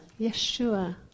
Yeshua